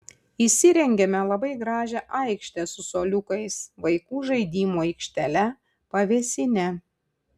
įsirengėme labai gražią aikštę su suoliukais vaikų žaidimų aikštele pavėsine